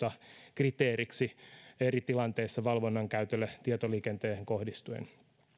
kriteeriksi eri tilanteissa valvonnan käytölle tietoliikenteeseen kohdistuen